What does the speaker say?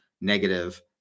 negative